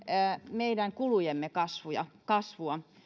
meidän kulujemme kasvua kasvua